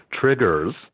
triggers